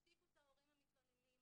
השתיקו את ההורים המתלוננים,